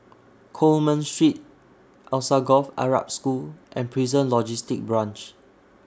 Coleman Street Alsagoff Arab School and Prison Logistic Branch